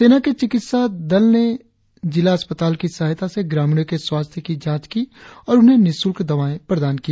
सेना के चिकित्सा दल ने जिला अस्पताल की सहायता से ग्रामीणों के स्वास्थ्य की जांच की और उन्हें निःशुल्क दवाएं प्रदान की